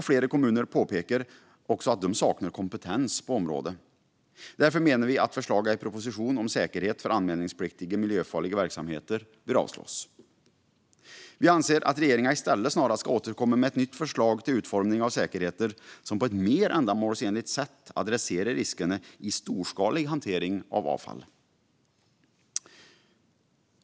Flera kommuner påpekar också att de saknar kompetens på området. Därför menar vi att förslagen i propositionen om säkerhet för anmälningspliktiga miljöfarliga verksamheter bör avslås. Vi anser att regeringen i stället ska återkomma med ett nytt förslag till utformning av säkerheter som på ett mer ändamålsenligt sätt adresserar riskerna med storskalig hantering av avfall.